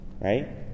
right